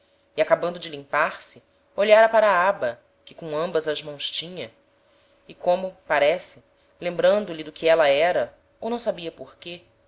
e acabando de limpar se olhara para a aba que com ambas as mãos tinha e como parece lembrando lhe do que éla era ou não sabia porque